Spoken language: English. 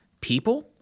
people